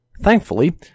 Thankfully